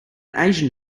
asian